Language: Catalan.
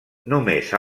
només